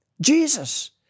Jesus